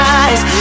eyes